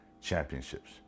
championships